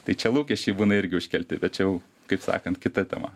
tai čia lūkesčiai būna irgi būna užkelti bet čia jau kaip sakant kita tema